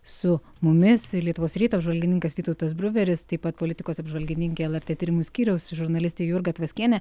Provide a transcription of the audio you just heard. su mumis lietuvos ryto apžvalgininkas vytautas bruveris taip pat politikos apžvalgininkė lrt tyrimų skyriaus žurnalistė jurga tvaskienė